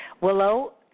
willow